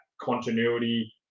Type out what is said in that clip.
continuity